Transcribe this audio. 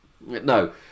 No